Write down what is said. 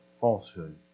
falsehood